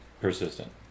persistent